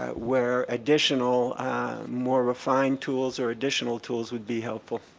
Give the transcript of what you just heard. ah where additional more refined tools or additional tools would be helpful.